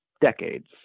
decades